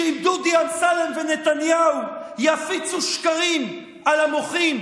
שאם דודי אמסלם ונתניהו יפיצו שקרים על המוחים,